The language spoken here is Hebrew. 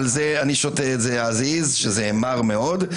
אבל אני שותה את זה as is, שזה מר מאוד.